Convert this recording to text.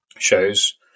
shows